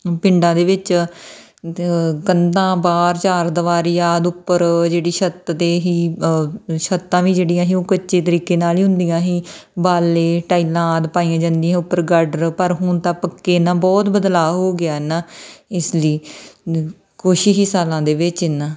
ਪਿੰਡਾਂ ਦੇ ਵਿੱਚ ਦ ਕੰਧਾਂ ਬਾਰ ਚਾਰਦਿਵਾਰੀ ਆਦਿ ਉੱਪਰ ਜਿਹੜੀ ਛੱਤ ਦੇ ਹੀ ਛੱਤਾਂ ਵੀ ਜਿਹੜੀਆਂ ਹੀ ਉਹ ਕੱਚੇ ਤਰੀਕੇ ਨਾਲ ਹੀ ਹੁੰਦੀਆਂ ਸੀ ਬਾਲੇ ਟਾਈਲਾਂ ਆਦਿ ਪਾਈਆਂ ਜਾਂਦੀਆਂ ਸੀ ਉੱਪਰ ਗਾਡਰ ਪਰ ਹੁਣ ਤਾਂ ਪੱਕੇ ਨਾ ਬਹੁਤ ਬਦਲਾਅ ਹੋ ਗਿਆ ਐਨਾ ਇਸ ਲਈ ਕੁਛ ਹੀ ਸਾਲਾਂ ਦੇ ਵਿਚ ਇੰਨਾ